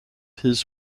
his